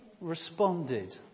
responded